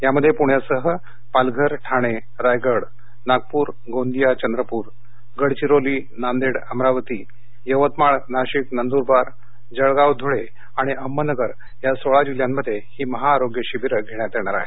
यामध्ये पुणे जिल्ह्यासह पालघर ठाणे रायगड नागपूर गोंदिया चंद्रपूर गडचिरोली नांदेड अमरावती यवतमाळ नाशिक नंद्रबार जळगाव धुळे आणि अहमदनगर या सोळा जिल्ह्यांमध्ये ही महाआरोग्य शिबीर घेण्यात येणार आहेत